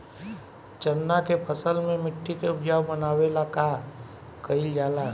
चन्ना के फसल में मिट्टी के उपजाऊ बनावे ला का कइल जाला?